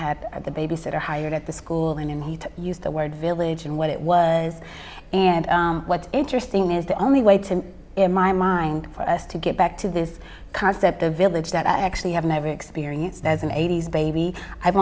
had the babysitter hired at the school and he used the word village and what it was and what's interesting is the only way to in my mind for us to get back to this concept the village that i actually have never experienced as an eighty's baby i've